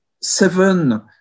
seven